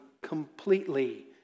completely